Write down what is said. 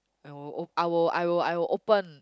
and will o~ I will I will I will open